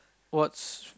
what's